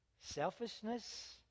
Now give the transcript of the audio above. Selfishness